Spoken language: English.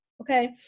okay